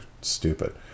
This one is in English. stupid